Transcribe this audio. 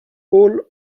all